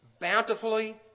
bountifully